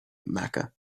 mecca